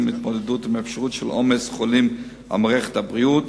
ולהתמודדות עם אפשרות של עומס חולים על מערכת הבריאות,